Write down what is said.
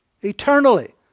eternally